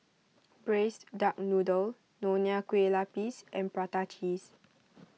Braised Duck Noodle Nonya Kueh Lapis and Prata Cheese